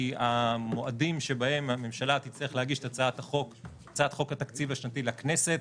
כי המועדים שבהם הממשלה תצטרך להגיש את הצעת חוק התקציב השנתי לכנסת,